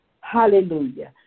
hallelujah